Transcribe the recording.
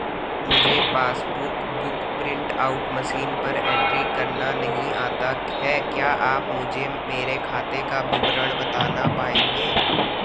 मुझे passbook book print out machine पर entry करना नहीं आता है क्या आप मुझे मेरे खाते का विवरण बताना पाएंगे?